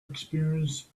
experience